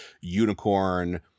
unicorn